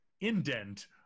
indent